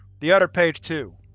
the other page, too.